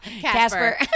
Casper